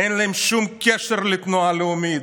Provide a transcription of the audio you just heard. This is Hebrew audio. אין להם שום קשר לתנועה הלאומית,